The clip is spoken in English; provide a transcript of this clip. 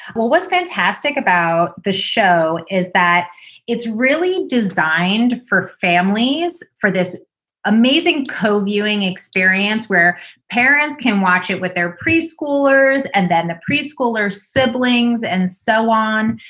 well, what's fantastic about the show is that it's really designed for families for this amazing co viewing experience where parents can watch it with their preschoolers and then the preschoolers, siblings and so on.